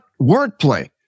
wordplay